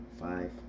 five